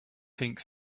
think